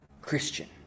Christian